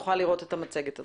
יוכל לראות את המצגת הזאת.